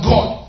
God